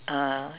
uh